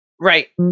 Right